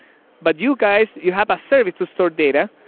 but you guys, you have a service to store data.